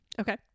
okay